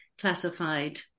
classified